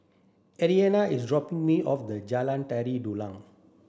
Ariana is dropping me off the Jalan Tari Dulang